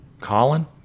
Colin